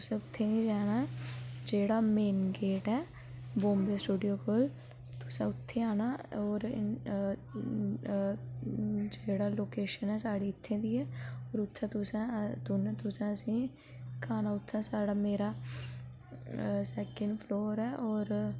तुसें उत्थै गै औंना जेह्ड़ा मेन गेट ऐ बॉम्बे स्टूडियो कोल तुसें उत्थै गै औंना होर जेह्डी लोकेशन ऐ ओह् इत्थै दी गै होर उत्थै तुसें असेंगी मेरा सैकिंड फ्लोर ऐ होर